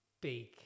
big